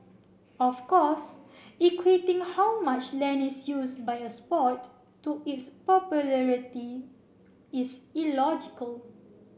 of course equating how much land is use by a sport to its popularity is illogical